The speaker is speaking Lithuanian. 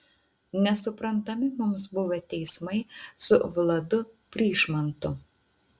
nesuprantami mums buvo teismai su vladu pryšmantu